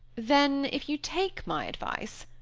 then if you take my advice,